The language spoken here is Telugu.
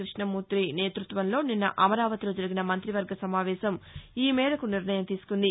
కృష్ణమూర్తి నేతుత్వంలో నిన్న అమరావతిలో జరిగిన మంత్రివర్గ సమావేశం ఈ మేరకు నిర్ణయం తీసుకుంది